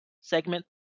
segment